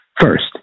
First